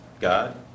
God